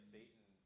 Satan